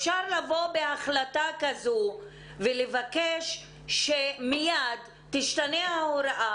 אפשר לבוא בהחלטה כזאת ולבקש שמייד תשתנה ההוראה